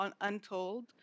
untold